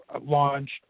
launched